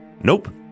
Nope